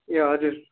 ए हजुर